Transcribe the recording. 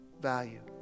value